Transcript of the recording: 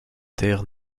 terre